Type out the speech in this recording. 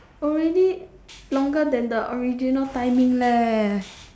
already longer than the original timing leh